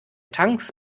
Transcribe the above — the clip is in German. tanks